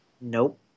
Nope